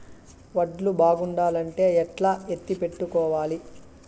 వడ్లు బాగుండాలంటే ఎట్లా ఎత్తిపెట్టుకోవాలి?